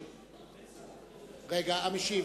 המשיב,